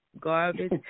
garbage